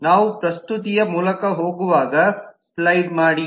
ನಾವು ಪ್ರಸ್ತುತಿಯ ಮೂಲಕ ಹೋಗುವಾಗ ಸ್ಲೈಡ್ ಮಾಡಿ